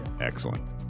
Excellent